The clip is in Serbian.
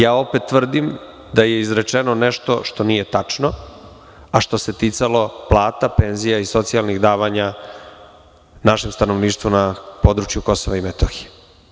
Ja opet tvrdim da je izrečeno nešto što nije tačno, a što se ticalo plata, penzija i socijalnih davanja našem stanovništvu na području Kosova i Metohije.